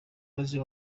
maze